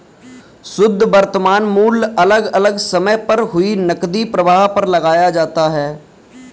शुध्द वर्तमान मूल्य अलग अलग समय पर हुए नकदी प्रवाह पर लगाया जाता है